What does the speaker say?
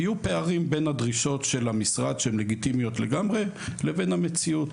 יהיו פערים בין דרישות המשרד שהן לגיטימיות לגמרי לבין המציאות.